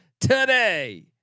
today